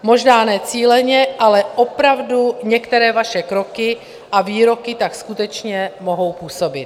Možná ne cíleně, ale opravdu některé vaše kroky a výroky tak skutečně mohou působit.